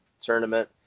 tournament